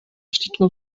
śliczną